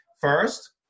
first